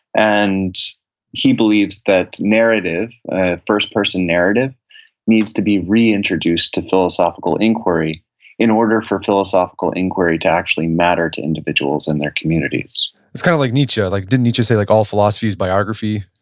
and he believes that first-person narrative needs to be reintroduced to philosophical inquiry in order for philosophical inquiry to actually matter to individuals in their communities it's kind of like nietzsche. like didn't nietzsche say like all philosophy is biography?